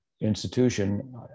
institution